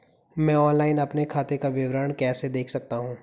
मैं ऑनलाइन अपने खाते का विवरण कैसे देख सकता हूँ?